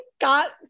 got